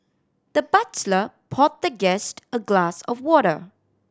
the butler poured the guest a glass of water